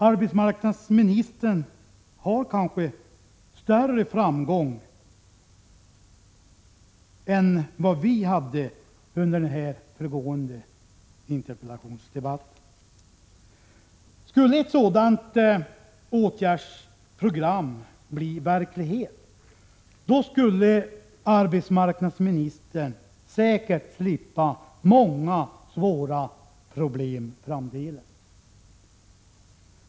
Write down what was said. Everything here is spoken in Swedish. Arbetsmarknadsministern kanske har större framgång än vi ledamöter hade under den föregående interpellationsdebatten. Om ett sådant åtgärdsprogram blir verklighet skulle arbetsmarknadsministern säkert slippa många svåra problem framdeles.